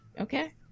Okay